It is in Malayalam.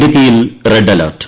ഇടുക്കിയിൽ റെഡ് അലർട്ട്